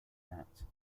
that